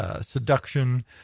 Seduction